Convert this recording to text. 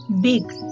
big